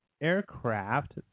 aircraft